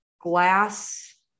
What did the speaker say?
glass